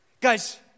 guys